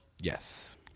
Yes